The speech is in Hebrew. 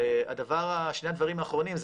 שני הדברים האחרונים,